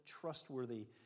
trustworthy